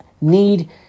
need